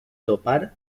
topar